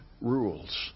rules